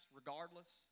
regardless